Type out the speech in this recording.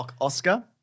Oscar